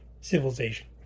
civilization